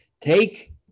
take